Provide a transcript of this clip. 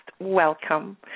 welcome